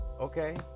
okay